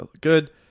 good